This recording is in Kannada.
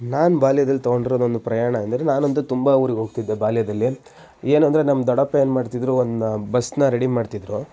ನಾನು ಬಾಲ್ಯದಲ್ಲಿ ತೊಗೊಂಡಿರೋದೊಂದು ಪ್ರಯಾಣ ಅಂದರೆ ನಾನಂತೂ ತುಂಬ ಊರಿಗೆ ಹೋಗ್ತಿದ್ದೆ ಬಾಲ್ಯದಲ್ಲಿ ಏನು ಅಂದರೆ ನಮ್ಮ ದೊಡ್ಡಪ್ಪ ಏನ್ಮಾಡ್ತಿದ್ರು ಒಂದು ಬಸ್ಸನ್ನು ರೆಡಿ ಮಾಡ್ತಿದ್ರು